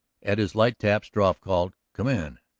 at his light tap struve called, come in,